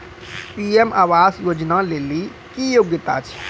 PM आवास योजना लेली की योग्यता छै?